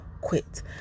quit